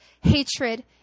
hatred